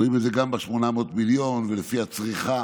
רואים את זה גם ב-800 מיליון, ולפי הצריכה,